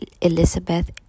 Elizabeth